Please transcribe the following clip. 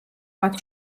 მათ